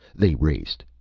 they raced.